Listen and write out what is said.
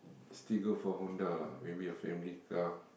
still go for Honda lah maybe a family car